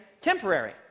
temporary